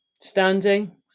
standing